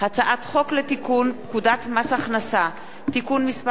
הצעת חוק לתיקון פקודת מס הכנסה (מס'